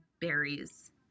berries